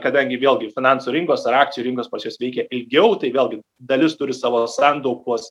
kadangi vėlgi finansų rinkos ar akcijų rinkos pas juos veikia ilgiau tai vėlgi dalis turi savo santaupas